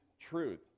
truth